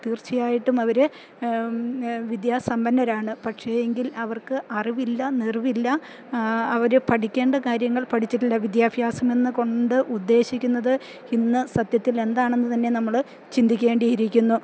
തീർച്ചയായിട്ടും അവര് വിദ്യാസമ്പന്നരാണ് പക്ഷേ എങ്കിൽ അവർക്ക് അറിവില്ല നിറവില്ല അവര് പഠിക്കേണ്ട കാര്യങ്ങൾ പഠിച്ചിട്ടില്ല വിദ്യാഭ്യാസമെന്ന് കൊണ്ട് ഉദ്ദേശിക്കുന്നത് ഇന്ന് സത്യത്തിൽ എന്താണെന്ന് തന്നെ നമ്മള് ചിന്തിക്കേണ്ടി ഇരിക്കുന്നു